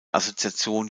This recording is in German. assoziation